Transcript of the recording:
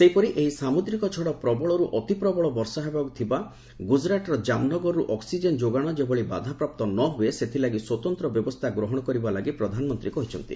ସେହିପରି ଏହି ସାମୁଦ୍ରିକ ଝଡ଼ ପ୍ରଭାବରେ ପ୍ରବଳରୁ ଅତି ପ୍ରବଳ ବର୍ଷା ହେବାକୁ ଥିବା ଗୁଜୁରାଟ୍ର ଜାମ୍ନଗରରୁ ଅକ୍ଟିଜେନ୍ ଯୋଗାଣ ଯେଭଳି ବାଧାପ୍ରାପ୍ତ ନ ହୁଏ ସେଥିଲାଗି ସ୍ୱତନ୍ତ୍ର ବ୍ୟବସ୍ଥା ଗ୍ରହଣ କରିବା ଲାଗି ପ୍ରଧାନମନ୍ତ୍ରୀ କହିଛନ୍ତି